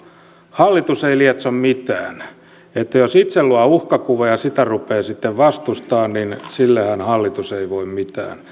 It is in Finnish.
hallitus ei lietso mitään jos itse luo uhkakuvan ja sitä rupeaa sitten vastustamaan niin sillehän hallitus ei voi mitään